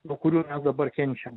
nuo kurių mes dabar kenčiam